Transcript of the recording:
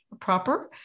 proper